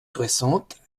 soixante